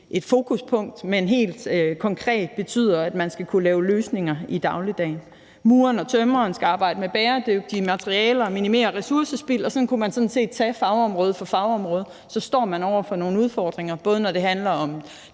et fokuspunkt, men helt konkret betyder, at man skal kunne lave løsninger i dagligdagen. Mureren og tømreren skal arbejde med bæredygtige materialer, minimere ressourcespild, og sådan kunne man sådan set tage fagområde for fagområde. Alle steder står man over for nogle udfordringer, både når det handler om